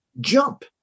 jump